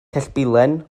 cellbilen